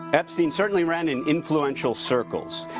epstein certainly ran in influential circles.